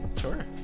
Sure